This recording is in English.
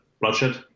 Bloodshed